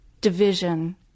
division